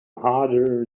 harder